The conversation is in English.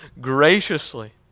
graciously